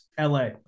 LA